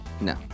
No